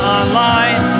online